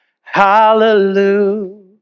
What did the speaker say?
Hallelujah